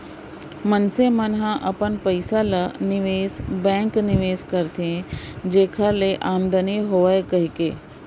मनसे मन ह अपन पइसा ल निवेस बेंक निवेस करथे जेखर ले आमदानी होवय कहिके